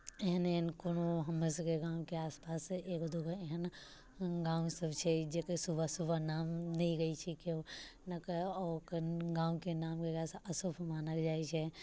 एहन एहन कोनो हमरसभके गामके आसपास एगो दू गो एहन गामसभ छै जकर सुबह सुबह नाम नहि लै छै कियो ओकर गाम्के नाम लेलासँ अशुभ मानल जाइ छै